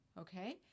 okay